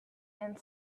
and